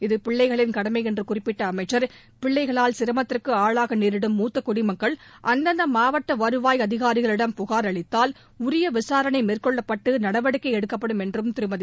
இது பிள்ளைகளின் கடமை என்று குறிப்பிட்ட அமைச்சர் பிள்ளைகளால் சிரமத்திற்கு ஆளாக நேரிடும் மூத்த குடிமக்கள் அந்தந்த மாவட்ட வருவாய் அதிகாரிகளிடம் புகார் அளித்தால் உரிய விசாரணை மேற்கொள்ளப்பட்டு நடவடிக்கை எடுக்கப்படும் என்றும் திருமதி